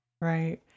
Right